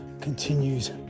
continues